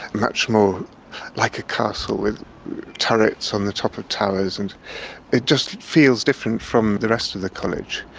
much more like a castle with turrets on the top of towers, and it just feels different from the rest of the college.